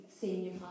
senior